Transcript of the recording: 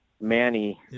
Manny